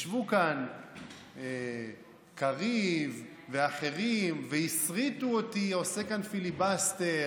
ישבו כאן קריב ואחרים והסריטו אותי עושה כאן פיליבסטר